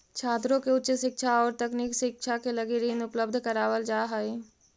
छात्रों के उच्च शिक्षा औउर तकनीकी शिक्षा के लगी ऋण उपलब्ध करावल जाऽ हई